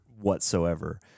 whatsoever